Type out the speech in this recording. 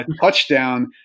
touchdown